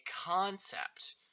concept